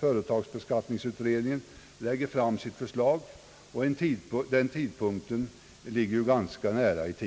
företagsbeskattningsutredningen lägger fram sitt förslag, och den tidpunkten ligger ju ganska nära.